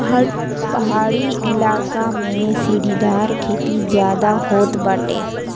पहाड़ी इलाका में सीढ़ीदार खेती ज्यादा होत बाटे